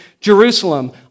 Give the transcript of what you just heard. Jerusalem